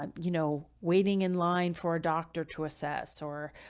um you know, waiting in line for a doctor to assess or,